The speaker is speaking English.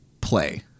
Play